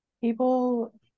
People